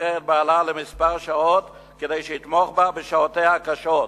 לשחרר את בעלה לכמה שעות כדי שיתמוך בה בשעותיה הקשות.